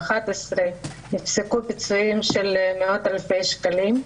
2011. נפסקו פיצויים של מאות אלפי שקלים,